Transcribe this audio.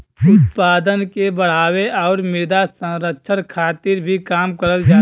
उत्पादन के बढ़ावे आउर मृदा संरक्षण खातिर भी काम करल जाला